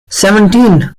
seventeen